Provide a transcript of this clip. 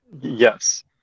Yes